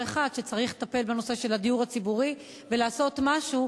אחד: שצריך לטפל בנושא הדיור הציבורי ולעשות משהו